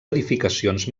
edificacions